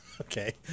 Okay